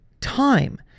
Time